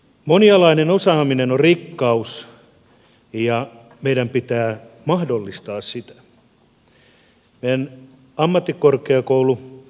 monialainen osaaminen on rikkaus ja meidän pitää mahdollistaa sitä